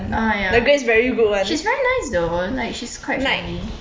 uh ya she's very nice though like she's quite friendly